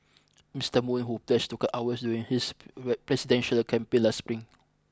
Mister Moon who pledged to cut hours during his presidential campaign last spring